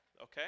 Okay